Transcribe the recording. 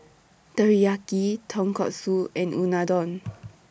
Teriyaki Tonkatsu and Unadon